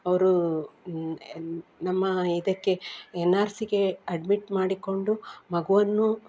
ಅವರು ನಮ್ಮ ಇದಕ್ಕೆ ಎನ್ ಆರ್ ಸಿಗೆ ಅಡ್ಮಿಟ್ ಮಾಡಿಕೊಂಡು ಮಗುವನ್ನು